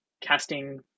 casting